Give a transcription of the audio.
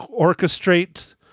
orchestrate